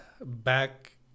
back